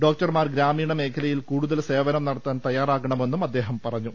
ഡോക്ടർമാർ ഗ്രാമീണ മേഖലയിൽ കൂടുതൽ സേവനം നടത്താൻ തയ്യാറാകണമെന്നും അദ്ദേഹം പറഞ്ഞു